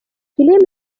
киле